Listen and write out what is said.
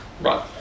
Right